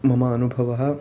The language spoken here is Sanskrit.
मम अनुभवः